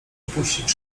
opuścić